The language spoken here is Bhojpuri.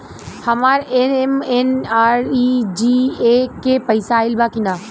हमार एम.एन.आर.ई.जी.ए के पैसा आइल बा कि ना?